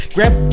Grab